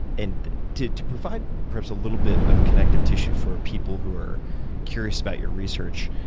and to to provide perhaps a little bit of connective tissue for people who are curious about your research,